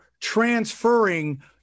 transferring